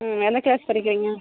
ம் எந்த கிளாஸ் படிக்கிறீங்க